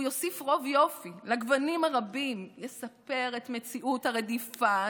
הוא יוסיף רוב יופי לגוונים הרבים של סיפור מציאות הרדיפה,